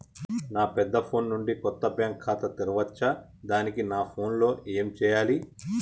నా పెద్ద ఫోన్ నుండి కొత్త బ్యాంక్ ఖాతా తెరవచ్చా? దానికి నా ఫోన్ లో ఏం చేయాలి?